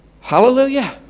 Hallelujah